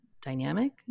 Dynamic